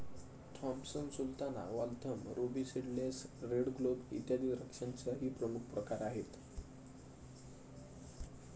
Thompson Sultana, Waltham, ruby seedless, red globe, इत्यादी द्राक्षांचेही प्रमुख प्रकार आहेत